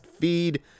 feed